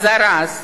הזרז,